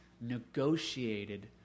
negotiated